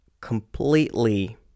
completely